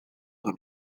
del